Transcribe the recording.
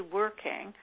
working